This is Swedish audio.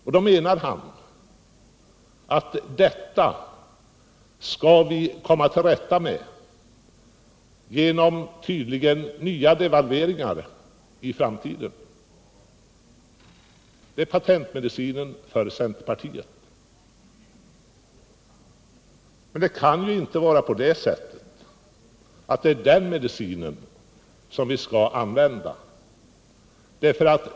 Men han menar tydligen att vi skall komma till rätta med dessa problem genom nya devalveringar — det är patentmedicinen för centerpartiet! Det kan inte vara riktigt att använda den medicinen.